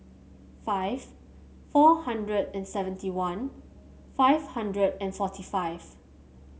five four hundred and seventy one five hundred and forty five